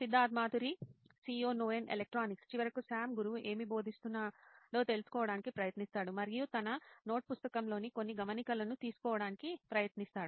Siddharth Mathuri CEO Noin electronics చివరికి Sam గురువు ఏమి బోధిస్తున్నాడో తెలుసుకోవడానికి ప్రయత్నిస్తాడు మరియు తన నోట్ పుస్తకంలోని కొన్ని గమనికలను తీసుకోవడానికి ప్రయత్నిస్తాడు